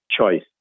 choice